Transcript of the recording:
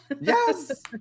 Yes